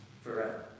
forever